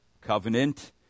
covenant